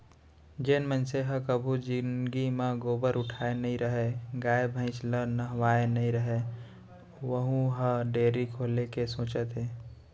जेन मनसे ह कभू जिनगी म गोबर उठाए नइ रहय, गाय भईंस ल नहवाए नइ रहय वहूँ ह डेयरी खोले के सोचथे